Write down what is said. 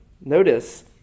Notice